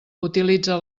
utilitza